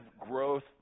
growth